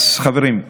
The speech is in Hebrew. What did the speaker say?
חברים,